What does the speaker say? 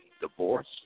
Divorce